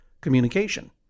communication